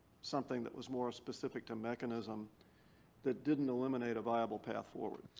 something that was more specific to mechanism that didn't eliminate a viable path forward.